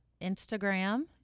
Instagram